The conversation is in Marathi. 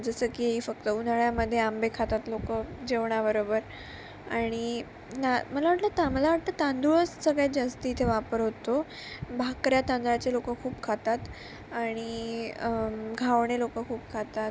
जसं की फक्त उन्हाळ्यामध्ये आंबे खातात लोकं जेवणाबरोबर आणि ना मला वाटलं तां मला वाटतं तांदूळच सगळ्यात जास्त इथे वापर होतो भाकऱ्या तांदळाचे लोकं खूप खातात आणि घावणे लोकं खूप खातात